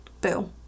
Boo